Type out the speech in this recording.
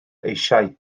eisiau